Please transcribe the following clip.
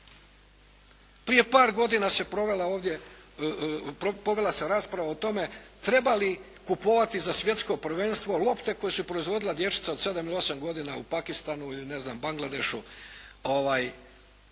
Prije par godina se povela ovdje, povela se rasprava o tome treba li kupovati za svjetsko prvenstvo lopte koje su proizvodila dječica od 7 ili 8 godina u Pakistanu ili, ne znam Bangladešu